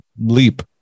leap